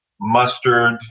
mustard